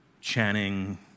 Channing